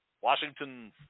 Washington